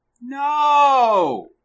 No